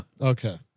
Okay